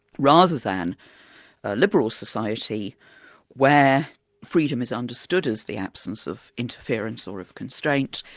rather than a liberal society where freedom is understood as the absence of interference or of constraint,